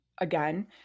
again